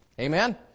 Amen